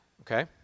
okay